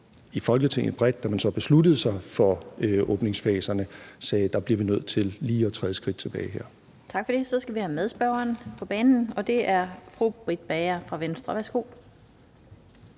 i Folketinget bredt, da man så besluttede sig for åbningsfaserne, sagde, at her vi bliver nødt til lige at træde et skridt tilbage. Kl. 15:18 Den fg. formand (Annette Lind): Tak for det. Så skal vi have en medspørger på banen, og det er fru Britt Bager fra Venstre. Værsgo.